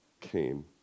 came